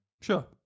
Sure